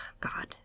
God